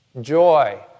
joy